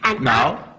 Now